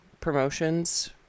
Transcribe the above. promotions